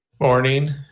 morning